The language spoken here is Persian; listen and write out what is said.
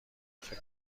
فکر